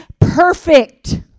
perfect